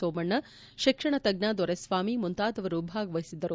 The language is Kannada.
ಸೋಮಣ್ಣ ಶಿಕ್ಷಣತಜ್ಞ ದೊರೆಸ್ವಾಮಿ ಮುಂತಾದವರು ಭಾಗವಹಿಸಿದ್ದರು